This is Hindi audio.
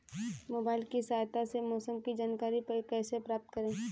मोबाइल की सहायता से मौसम की जानकारी कैसे प्राप्त करें?